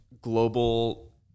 global